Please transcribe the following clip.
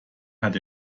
hat